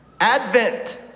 Advent